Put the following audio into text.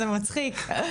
זה מצחיק.